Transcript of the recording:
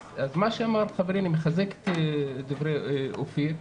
אז מה שאמר חברי, אני מחזק את דבריו של אופיר,